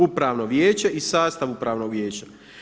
Upravno vijeće i sastav Upravnog vijeća.